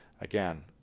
Again